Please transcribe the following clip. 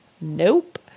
Nope